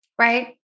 right